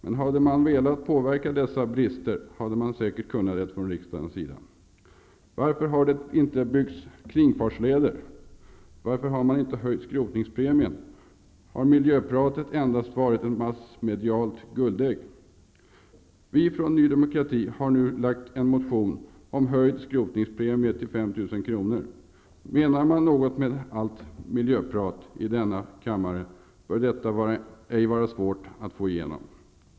Men hade man velat påverka dessa brister, hade man säkert kunnat göra det från riksdagens sida. Varför har det inte byggts kringfartsleder? Varför har man inte höjt skrotningspremien? Har miljöpratet endast varit ett massmedialt guldägg? Vi från Ny Demokrati har nu lagt fram en motion om en höjning av skrotningspremien till 5 000 kr. Menar man något med allt miljöprat i denna kammare bör detta ej vara svårt att få igenom.